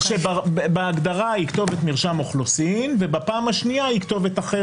כתובת שבהגדרה היא כתובת מרשם אוכלוסין ובפעם השנייה היא כתובת אחרת.